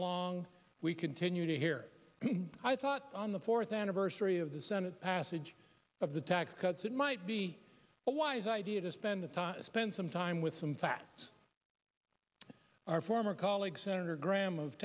along we continue to hear i thought on the fourth anniversary of the senate passage of the tax cuts it might be a wise idea to spend the time to spend some time with some fact our former colleague senator gramm of